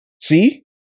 See